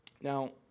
Now